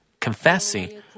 confessing